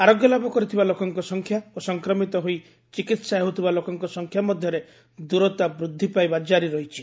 ଆରୋଗ୍ୟ ଲାଭ କରିଥିବା ଲୋକଙ୍କ ସଂଖ୍ୟା ଓ ସଂକ୍ରମିତ ହୋଇ ଚିକିହା ହେଉଥିବା ଲୋକଙ୍କ ସଂଖ୍ୟା ମଧ୍ୟରେ ଦୂରତା ବୃଦ୍ଧି ପାଇବା ଜାରି ରହିଛି